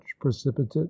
precipitate